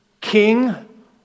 King